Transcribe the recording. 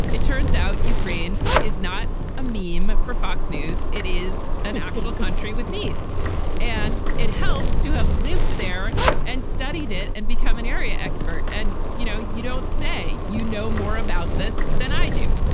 it turns out ukraine is not a meme for fox news. it is an actual country with needs and it helps to have lived there and studied it and become an area expert. and, you know, you don't say you know more about this than i do.